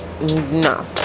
no